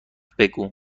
بگو